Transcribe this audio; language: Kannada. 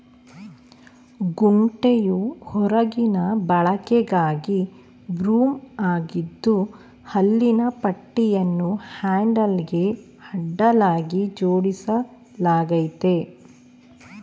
ಕುಂಟೆಯು ಹೊರಗಿನ ಬಳಕೆಗಾಗಿ ಬ್ರೂಮ್ ಆಗಿದ್ದು ಹಲ್ಲಿನ ಪಟ್ಟಿಯನ್ನು ಹ್ಯಾಂಡಲ್ಗೆ ಅಡ್ಡಲಾಗಿ ಜೋಡಿಸಲಾಗಯ್ತೆ